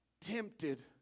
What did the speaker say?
tempted